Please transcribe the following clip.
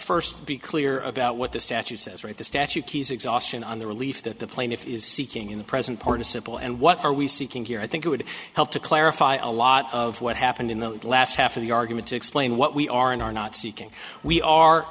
first be clear about what the statute says right the statute keys exhaustion on the relief that the plaintiff is seeking in a present participle and what are we seeking here i think it would help to clarify a lot of what happened in the last half of the argument to explain what we are and are not seeking we are